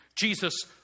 Jesus